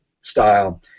style